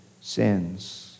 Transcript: sins